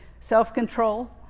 self-control